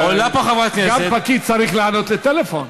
עולה פה חברת כנסת, גם פקיד צריך לענות לטלפון.